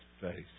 face